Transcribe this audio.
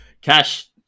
cash